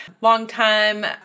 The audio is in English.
Longtime